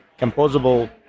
composable